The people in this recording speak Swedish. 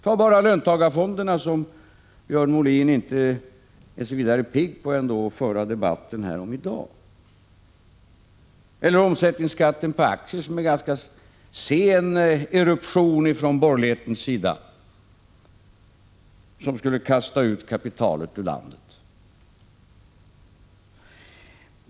Ta bara löntagarfonderna, som Björn Molin ändå inte är så särskilt pigg på att föra debatten om här i dag — eller omsättningsskatten på aktier, som enligt en ganska sen eruption från borgerlighetens sida skulle kasta ut kapitalet ur landet.